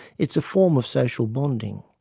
it's a form of social bonding.